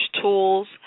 tools